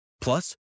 Plus